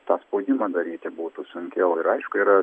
tą spaudimą daryti būtų sunkiau ir aišku yra